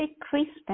CHRISTMAS